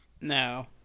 No